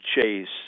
Chase